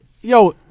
Yo